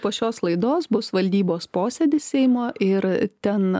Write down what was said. tik po šios laidos bus valdybos posėdis seimo ir ten